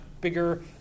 bigger